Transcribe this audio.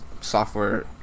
software